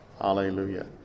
hallelujah